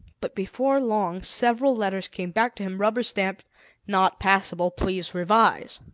but before long, several letters came back to him rubber-stamped not passable. please revise.